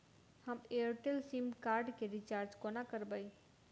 हम Airtel SIM card केँ recharge कोना करबै?